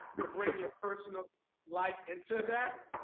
to bring your personal life into that,